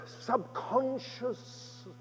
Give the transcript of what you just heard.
subconscious